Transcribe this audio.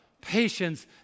patience